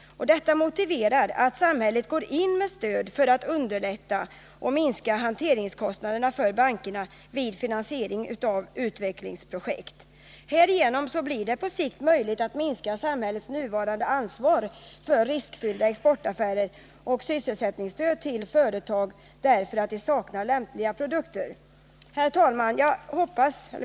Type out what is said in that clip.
Detta motiverar att samhället går in med stöd för att underlätta finansiering av utvecklingsprojekt och minska hanteringskostnaderna. Härigenom blir det på sikt möjligt att minska samhällets nuvarande ansvar för riskfyllda exportaffärer och sysselsättningsstöd till företag som saknar lämpliga produkter. Herr talman!